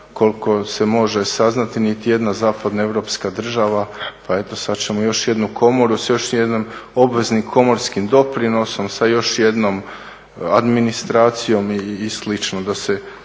koliko se može saznati, niti jedna zapadna europska država. Pa eto, sad ćemo još jednu komoru sa još jednim obveznim komorskim doprinosom, sa još jednom administracijom i slično da se